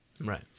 Right